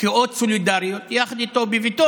יחד איתו, לאות סולידריות, בביתו,